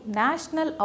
national